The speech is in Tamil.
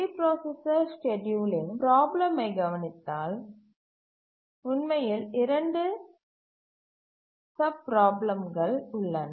மல்டிபிராசசர் ஸ்கேட்யூலிங் பிராப்ளமை கவனித்தால் உண்மையில் 2 சப்பிராப்ளம்கல் உள்ள